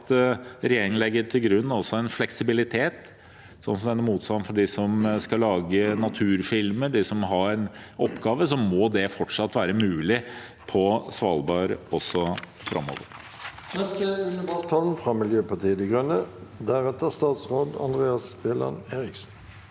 at regjeringen legger til grunn en fleksibilitet på grunn av motstanden fra dem som skal lage naturfilmer, de som har oppgaver. Det må fortsatt være mulig på Svalbard også framover.